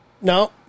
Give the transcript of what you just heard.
No